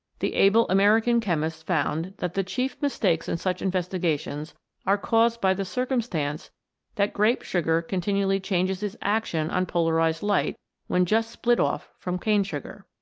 the able american chemist found that the chief mistakes in such investigations are caused by the circumstance that grape-sugar continually changes its action on polarised light when just split off from cane sugar.